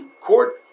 Court